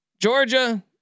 Georgia